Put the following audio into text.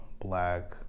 black